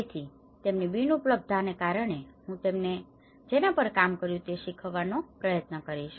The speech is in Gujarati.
તેથી તેમની બિન ઉપલબ્ધતા ને કારણે હું તેમણે જેના પર કામ કર્યું છે તે શીખવાનો પ્રયત્ન કરીશ